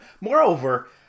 Moreover